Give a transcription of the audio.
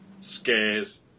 scares